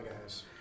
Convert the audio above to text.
guys